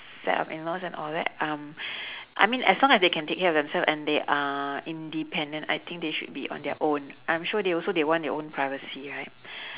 set of in laws and all that um I mean as long as they can take care of themselves and they are independent I think they should be on their own I'm sure they also they want their own privacy right